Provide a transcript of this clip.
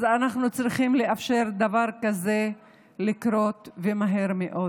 אז אנחנו צריכים לאפשר לדבר כזה לקרות, ומהר מאוד.